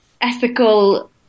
ethical